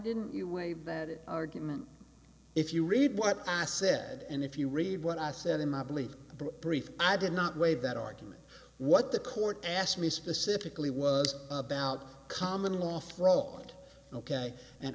didn't you wait that argument if you read what i said and if you read what i said in my belief for a brief i did not waive that argument what the court asked me specifically was about common law for old ok and